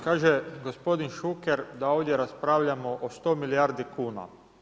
Kaže gospodin Šuker da ovdje raspravljamo o 100 milijardi kuna.